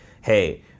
hey